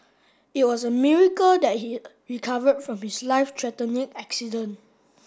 it was a miracle that he recovered from his life threatening accident